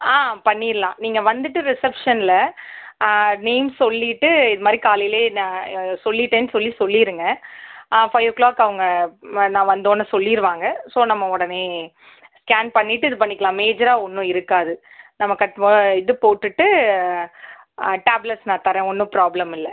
ஆ பண்ணிடலாம் நீங்கள் வந்துட்டு ரிசப்ஷனில் நேம் சொல்லிவிட்டு இது மாதிரி காலையில் நான் சொல்லிவிட்டேன் சொல்லி சொல்லிடுங்க ஃபைவ் ஓ க்ளாக் அவங்க நான் வந்தோடனே சொல்லிடுவாங்க ஸோ நம்ம உடனே ஸ்கேன் பண்ணிட்டு இது பண்ணிக்கலாம் மேஜராக ஒன்றும் இருக்காது நம்ம கட் இது போட்டுவிட்டு டேப்லெட்ஸ் நான் தரேன் ஒன்றும் ப்ராப்ளம் இல்லை